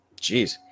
Jeez